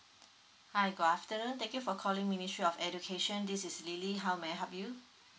hi good afternoon thank you for calling ministry of education this is lily how may I help you